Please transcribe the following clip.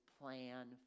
plan